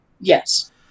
Yes